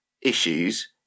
issues